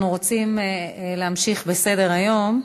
אנחנו רוצים להמשיך בסדר-היום.